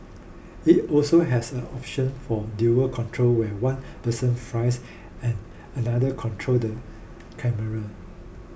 it also has an option for dual control where one person flies and another control the camera